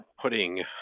putting